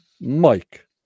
Mike